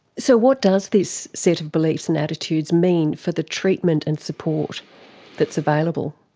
so what does this set of beliefs and attitudes mean for the treatment and support that is available?